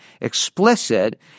explicit